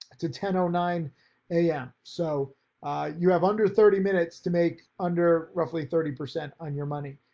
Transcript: to ten ah nine a m. so you have under thirty minutes to make under roughly thirty percent on your money.